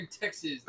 Texas